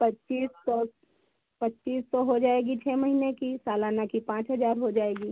पच्चीस सौ पच्चीस सौ हो जाएगी छः महीने की सालाना की पाँच हजार हो जाएगी